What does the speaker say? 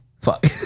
fuck